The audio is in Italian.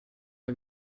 una